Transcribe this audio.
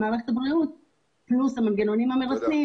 פלוס המנגנונים המרסנים,